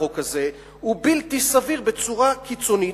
החוק הזה הוא בלתי סביר בצורה קיצונית,